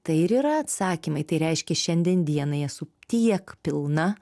tai ir yra atsakymai tai reiškia šiandien dienai esu tiek pilna